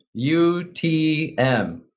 UTM